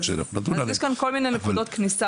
נכון יש כאן כל מיני נקודות כניסה.